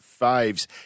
faves